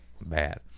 bad